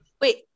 Wait